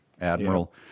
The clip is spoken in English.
Admiral –